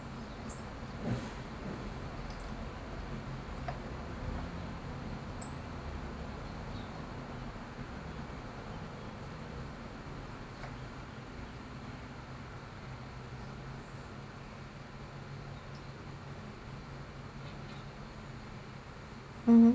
mmhmm